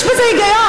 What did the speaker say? יש בזה היגיון,